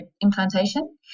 implantation